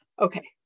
Okay